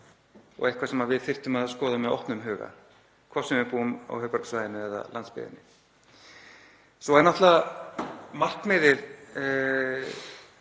og eitthvað sem við þyrftum að skoða með opnum huga, hvort sem við búum á höfuðborgarsvæðinu eða landsbyggðinni. Svo er náttúrlega markmiðið